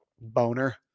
Boner